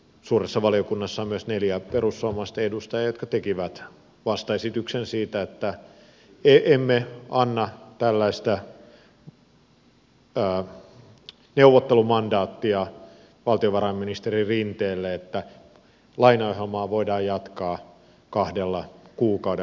suuressa valiokunnassa on myös neljä perussuomalaista edustajaa jotka tekivät vastaesityksen siitä että emme anna tällaista neuvottelumandaattia valtiovarainministeri rinteelle että lainaohjelmaa voidaan jatkaa kahdella kuukaudella